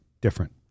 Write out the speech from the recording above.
different